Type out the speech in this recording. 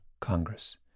Congress